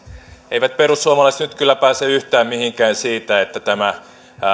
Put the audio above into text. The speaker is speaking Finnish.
eivät perussuomalaiset nyt kyllä pääse yhtään mihinkään siitä että tämä